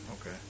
Okay